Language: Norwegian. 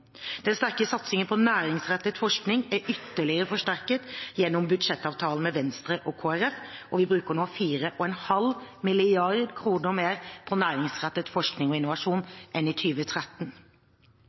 Den sterke satsingen på næringsrettet forskning er ytterligere forsterket gjennom budsjettavtalen med Venstre og Kristelig Folkeparti, og vi bruker nå 4,5 mrd. kr mer på næringsrettet forskning og innovasjon